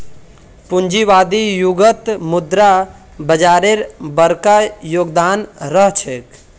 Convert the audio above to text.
पूंजीवादी युगत मुद्रा बाजारेर बरका योगदान रह छेक